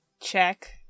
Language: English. check